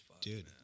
Dude